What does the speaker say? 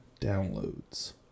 downloads